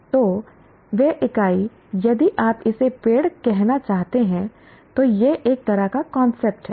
तो वह इकाई यदि आप इसे पेड़ कहना चाहते हैं तो यह एक तरह का कांसेप्ट है